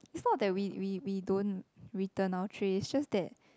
it's not that we we we don't return our trays it's just that